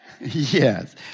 Yes